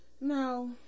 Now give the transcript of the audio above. No